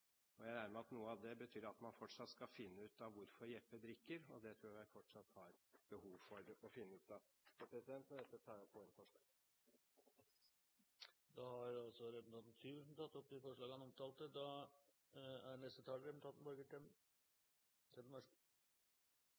at noe av det betyr at man fortsatt skal finne ut av hvorfor Jeppe drikker, og det tror jeg man fortsatt har behov for å finne ut av. Med dette tar jeg opp vårt forslag i innstillingen. Representanten Hans Olav Syversen har tatt opp det forslaget han